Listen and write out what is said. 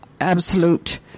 absolute